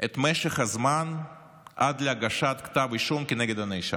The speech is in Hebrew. את משך הזמן עד להגשת כתב אישום כנגד נאשם.